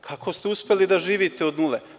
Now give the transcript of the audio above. Kako ste uspeli da živite od nule?